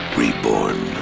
reborn